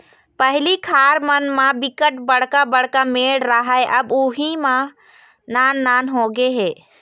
पहिली खार मन म बिकट बड़का बड़का मेड़ राहय अब उहीं ह नान नान होगे हे